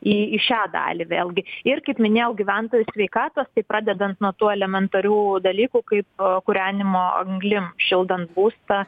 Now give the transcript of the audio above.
į į šią dalį vėlgi ir kaip minėjau gyventojų sveikatos tai pradedant nuo tų elementarių dalykų kaip kūrenimo anglim šildant būstą